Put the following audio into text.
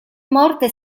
morte